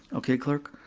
okay, clerk?